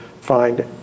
find